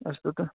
अस्तु त